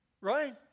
right